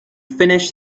finish